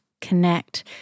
connect